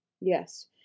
Yes